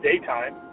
daytime